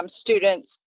students